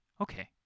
okay